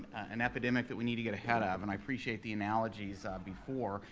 an epidemic that we need to get ahead ah of, and i appreciate the analogies ah before,